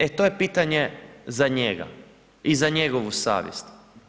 E to je pitanje za njega i za njegovu savjest.